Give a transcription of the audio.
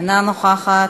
אינה נוכחת,